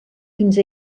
fins